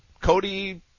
Cody